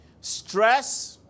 stress